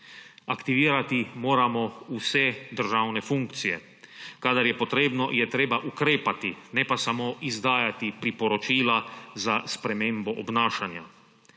Aktivirati moramo vse državne funkcije. Kadar je potrebno, je treba ukrepati, ne pa samo izdajati priporočila za spremembo obnašanja.